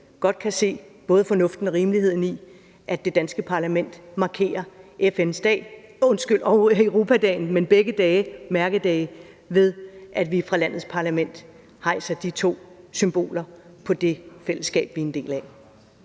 godt kan se både fornuften og rimeligheden i, at det danske parlament markerer disse mærkedage, ved at vi fra landets parlament hejser de to flag med symboler på det fællesskab, vi er en del af.